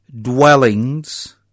dwellings